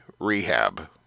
Rehab